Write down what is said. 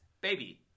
baby